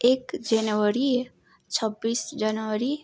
एक जनवरी छब्बिस जनवरी